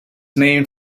named